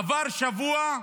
עבר שבוע,